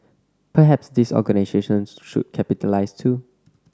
perhaps these organisations should capitalise too